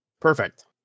Perfect